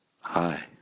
Hi